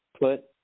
put